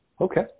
Okay